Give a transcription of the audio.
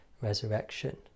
resurrection